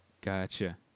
Gotcha